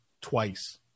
twice